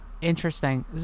interesting